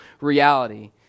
reality